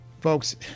folks